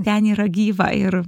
ten yra gyva ir